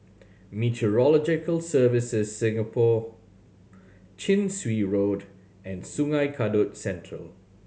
Meteorological Services Singapore Chin Swee Road and Sungei Kadut Central